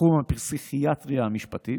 תחום הפסיכיאטריה המשפטית,